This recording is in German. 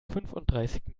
fünfunddreißig